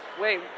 Wait